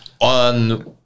on